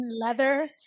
leather